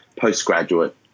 postgraduate